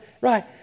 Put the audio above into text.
Right